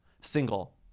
Single